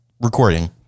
recording